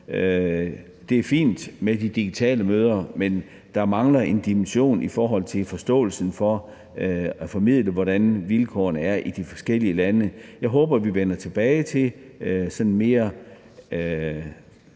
Det er fint med de digitale møder, men der mangler en dimension i forhold til forståelsen for at formidle, hvordan vilkårene er i de forskellige lande. Jeg håber, vi vender tilbage til sådan mere